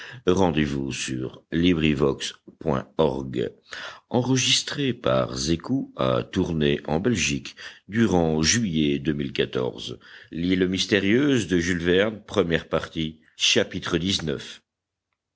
of l'île mystérieuse